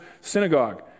synagogue